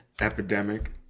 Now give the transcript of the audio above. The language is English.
epidemic